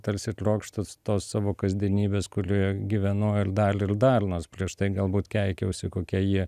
tarsi trokštu tos savo kasdienybės kulioje gyvenu ir dal ir dal nors prieš tai galbūt keikiausi kokia ji